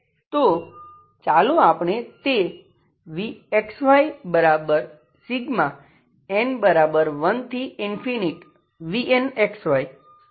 તો ચાલો આપણે તે vxyn1vnxyn1AnenπbxBne nπbx